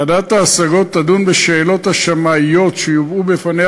ועדת ההשגות תדון בשאלות השמאיות שיובאו בפניה